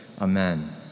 Amen